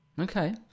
Okay